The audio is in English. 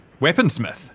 Weaponsmith